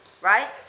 right